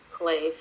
place